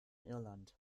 irland